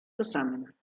zusammen